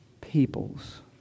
peoples